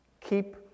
Keep